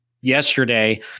yesterday